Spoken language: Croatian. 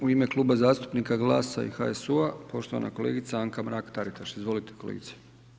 U ime Kluba zastupnika GLAS-a i HSU-u poštovana kolegica Anka Mrak-Taritaš, izvolite kolegice.